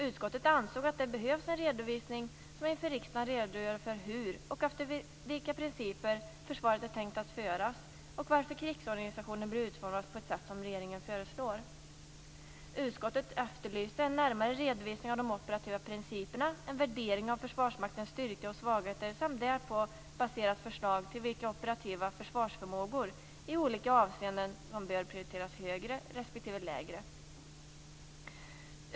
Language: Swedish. Utskottet ansåg att det behövs en redovisning för riksdagen om hur och efter vilka principer försvaret är tänkt att föras och varför krigsorganisationen blir utformad på det sätt regeringen föreslår. Utskottet efterlyste en närmare redovisning av de operativa principerna, en värdering av Försvarsmaktens styrka och svagheter samt därpå baserat förslag till vilka operativa försvarsförmågor i olika avseenden som bör prioriteras högre respektive lägre.